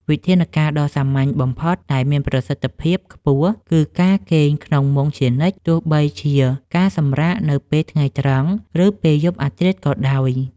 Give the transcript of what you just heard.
វិធានការដ៏សាមញ្ញបំផុតតែមានប្រសិទ្ធភាពខ្ពស់គឺការគេងក្នុងមុងជានិច្ច ទោះបីជាការសម្រាកនៅពេលថ្ងៃត្រង់ ឬពេលយប់អាធ្រាត្រក៏ដោយ។